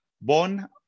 born